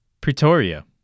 Pretoria